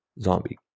zombie